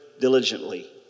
diligently